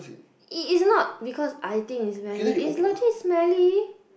it is not because I think it's smelly it's legit smelly